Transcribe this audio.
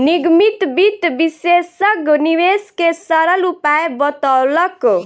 निगमित वित्त विशेषज्ञ निवेश के सरल उपाय बतौलक